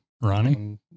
Ronnie